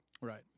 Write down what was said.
Right